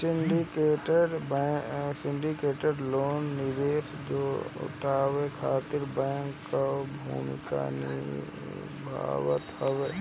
syndicated loan निवेश जुटावे खातिर बैंक कअ भूमिका निभावत हवे